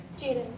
Jaden